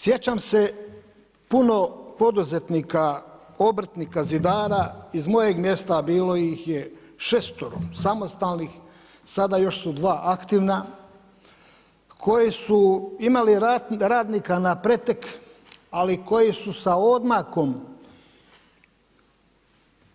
Sjećam se puno poduzetnika, obrtnika, zidara iz mojeg mjesta a bilo ih je 6 samostalnih, sada još su 2 aktivna koji su imali radnika napretek ali koji sa odmakom